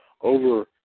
over